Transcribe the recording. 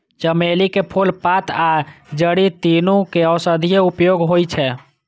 चमेली के फूल, पात आ जड़ि, तीनू के औषधीय उपयोग होइ छै